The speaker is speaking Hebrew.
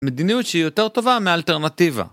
מדיניות שהיא יותר טובה מהאלטרנטיבה